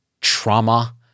trauma